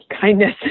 kindness